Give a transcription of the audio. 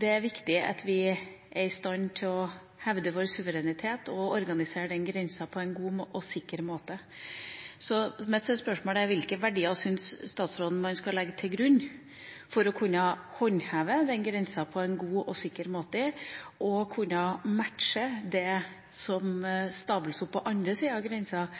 Det er viktig at vi er i stand til å hevde vår suverenitet og organisere grensekontrollen på en god og sikker måte. Mitt spørsmål er: Hvilke verdier syns statsråden man skal legge til grunn for å kunne håndheve grensa på en god og sikker måte – og matche det som stables opp på den andre sida av grensa? Dette